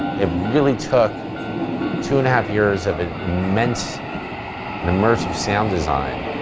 ah it really took two and a half years of immense and immersive sound design,